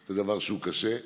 זה דבר שהוא קשה.